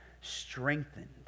strengthened